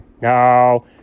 No